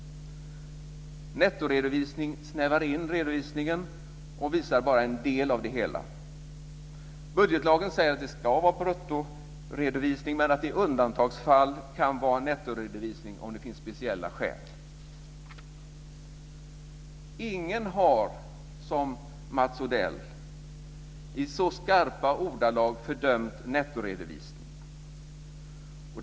Nettoredovisning snävar in redovisningen och visar bara en del av det hela. Budgetlagen säger att det ska vara bruttoredovisning men att det i undantagsfall kan vara nettoredovisning om det finns speciella skäl. Ingen har fördömt nettoredovisningen i så skarpa ordalag som Mats Odell.